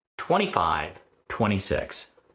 2526